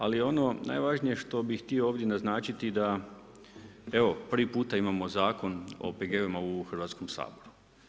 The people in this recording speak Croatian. Ali ono najvažnije što bih htio ovdje naznačiti da evo prvi puta imamo Zakon o OPG-ovima u Hrvatskom saboru.